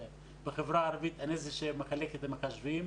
בחברה הערבית אני זה שמחלק את המחשבים,